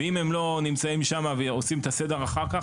ואם הם לא נמצאים שם ועושים את הסדר אחר כך,